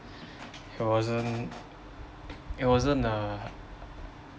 he wasn't he wasn't uh